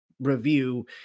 review